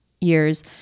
years